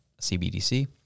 CBDC